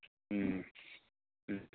ꯎꯝ